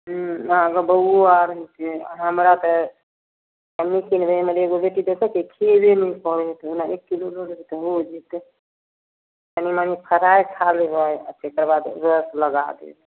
हुँ अहाँके बहुओ आओर हमरा तऽ हमहीँ किनबै हमर एगो बेटी देखै छिए हमरा एक किलो लेबै तऽ हो जेतै कनि मनि फ्राइ खा लेबै आओर ताहिके बाद रस लगा देबै